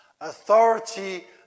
Authority